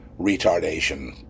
retardation